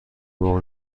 مرغ